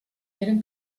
eren